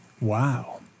Wow